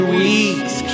weeks